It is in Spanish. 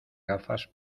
gafas